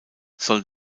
soll